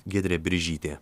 giedrė biržytė